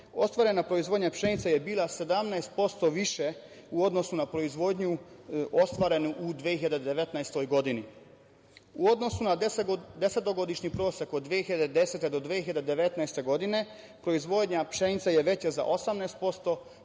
ostvarena proizvodnje pšenice je bila 17% više u odnosu na proizvodnju ostvarenu u 2019. godini. U odnosu na desetogodišnji prosek od 2010. do 2019. godine, proizvodnja pšenice je veća za 18%,